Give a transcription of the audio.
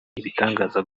ibitangaza